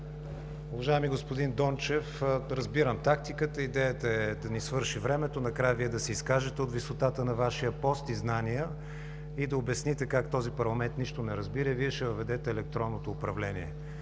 Уважаеми господин Дончев, разбирам тактиката – идеята е да ни свърши времето, накрая Вие да се изкажете от висотата на Вашия пост и знания и да обясните как този парламент нищо не разбира и Вие ще въведете електронното управление.